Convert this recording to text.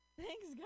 thanks